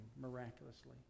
miraculously